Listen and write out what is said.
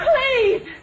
Please